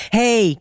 hey